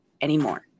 anymore